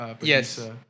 Yes